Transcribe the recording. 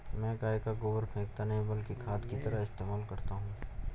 मैं गाय का गोबर फेकता नही बल्कि खाद की तरह इस्तेमाल करता हूं